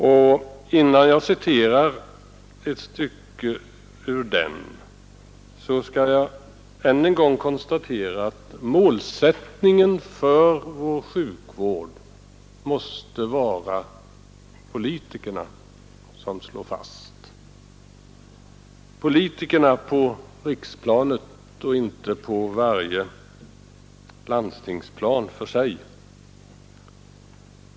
Men innan jag citerar ett stycke ur den skall jag än en gång konstatera att målsättningen för vår sjukvård måste det vara politikerna som slår fast — politikerna på riksplanet och inte på varje landstingsplan för sig.